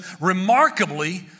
remarkably